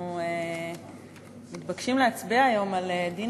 אנחנו מתבקשים להצביע היום על החלת דין